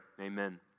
amen